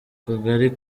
kagari